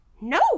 No